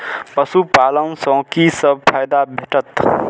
पशु पालन सँ कि सब फायदा भेटत?